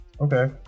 Okay